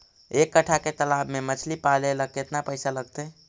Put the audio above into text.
एक कट्ठा के तालाब में मछली पाले ल केतना पैसा लगतै?